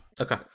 Okay